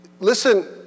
Listen